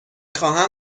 خواهم